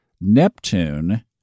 Neptune